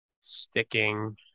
sticking